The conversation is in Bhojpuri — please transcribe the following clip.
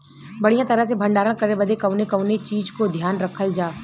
बढ़ियां तरह से भण्डारण करे बदे कवने कवने चीज़ को ध्यान रखल जा?